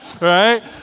right